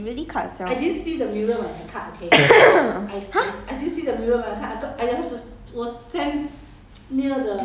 then 我看她的 facebook 她真的自己剪 eh she really cut herslf !huh!